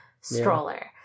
stroller